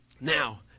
Now